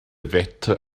wette